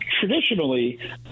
traditionally